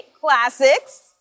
Classics